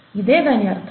ఇదే దాని అర్థం